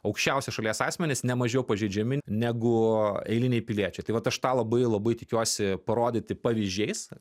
aukščiausi šalies asmenys ne mažiau pažeidžiami negu eiliniai piliečiai tai vat aš tą labai labai tikiuosi parodyti pavyzdžiais